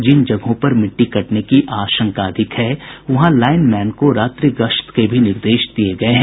जिन जगहों पर मिट्टी कटने की आशंका अधिक है वहां लाईन मैन को रात्रि गश्त के भी निर्देश दिये गये हैं